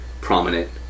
prominent